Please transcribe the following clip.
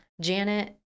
Janet